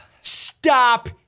stop